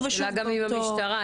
השאלה גם אם המשטרה.